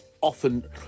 often